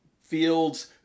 fields